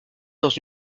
dans